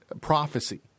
prophecy